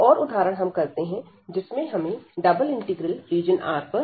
एक और उदाहरण हम करते हैं जिसमें हमें Re2x3ydxdy को इवेलुएट करना है रीजन R पर